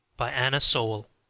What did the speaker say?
by anna sewell